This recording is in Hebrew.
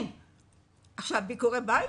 ביקורי בית